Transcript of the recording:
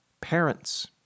parents